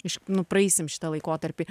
nu praeisim šitą laikotarpį